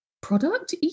product